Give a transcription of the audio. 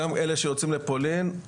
גם אלה שיוצאים לפולין,